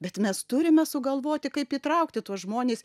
bet mes turime sugalvoti kaip įtraukti tuos žmones